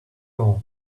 all